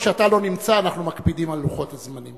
כשאתה לא נמצא אנחנו מקפידים על לוחות הזמנים.